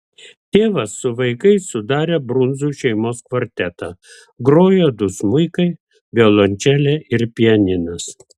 tėvas su vaikais sudarė brundzų šeimos kvartetą grojo du smuikai violončelė ir pianinas